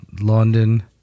London